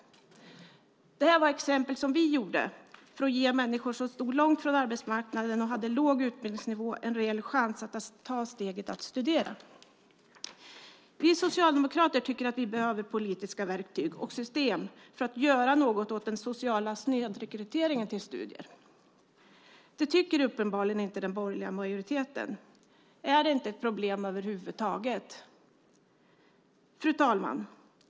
Det här var exempel på sådant som vi gjorde för att ge människor som stod långt från arbetsmarknaden och hade låg utbildningsnivå en reell chans att ta steget att börja studera. Vi socialdemokrater tycker att det behövs politiska verktyg och system för att göra något åt den sociala snedrekryteringen till studier. Det tycker uppenbarligen inte den borgerliga majoriteten. Är det inte ett problem över huvud taget? Fru talman!